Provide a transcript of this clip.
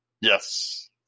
Yes